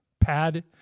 pad